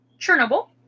Chernobyl